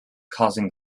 causing